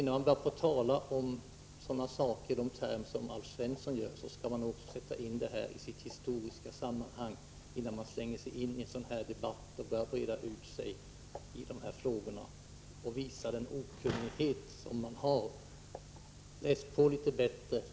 Innan man börjar tala om dessa saker i de termer som Alf Svensson gjorde skall man nog sätta in händelserna i sitt historiska sammanhang. Alf Svensson borde tänka på detta innan han ger sig in i en sådan här debatt, breder ut sig och visar sin okunnighet. Läs på litet bättre!